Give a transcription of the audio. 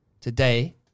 Today